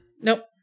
nope